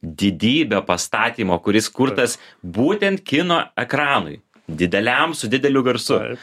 didybę pastatymo kuris kurtas būtent kino ekranui dideliam su dideliu garsu